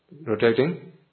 rotating